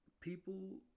people